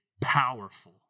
powerful